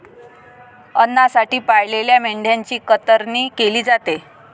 अन्नासाठी पाळलेल्या मेंढ्यांची कतरणी केली जाते